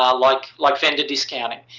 ah like like vendor discounting.